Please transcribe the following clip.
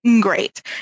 great